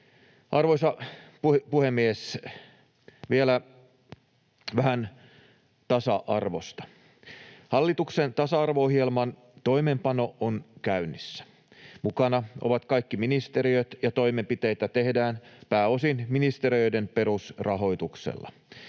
Arvoisa puhemies! Vielä vähän tasa-arvosta: Hallituksen tasa-arvo-ohjelman toimeenpano on käynnissä. Mukana ovat kaikki ministeriöt, ja toimenpiteitä tehdään pääosin ministeriöiden perusrahoituksella.